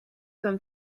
comme